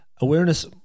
Awareness